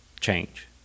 change